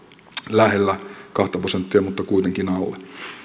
lähelle kahta prosenttia mutta kuitenkin alle